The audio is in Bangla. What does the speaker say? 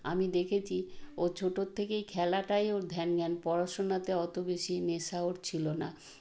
আমি দেখেছি ও ছোটর থেকেই খেলাটাই ওর ধ্যান জ্ঞান পড়াশোনাতে অত বেশি নেশা ওর ছিল না